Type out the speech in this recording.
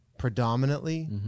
Predominantly